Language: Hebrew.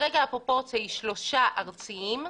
כרגע הפרופורציה היא שלושה ארציים,